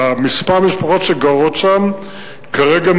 כמה המשפחות שגרות שם כרגע,